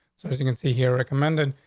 so, as you can see here, recommended.